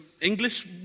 English